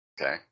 Okay